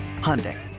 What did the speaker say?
Hyundai